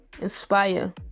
inspire